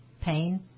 pain